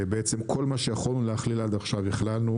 כל מה שיכולנו להכליל עד עכשיו הכללנו.